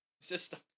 system